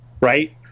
right